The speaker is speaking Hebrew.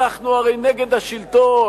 אנחנו הרי נגד השלטון,